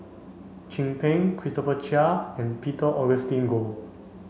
Chin Peng Christopher Chia and Peter Augustine Goh